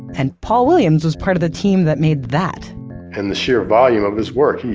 and paul williams was part of the team that made that and the sheer volume of his work,